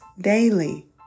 daily